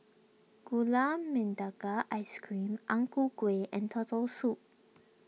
Gula Melaka Ice Cream Ang Ku Kueh and Turtle Soup